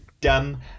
dumb